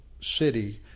city